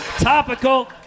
Topical